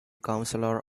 counselor